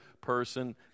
person